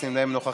אין נמנעים.